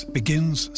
begins